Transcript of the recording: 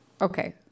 Okay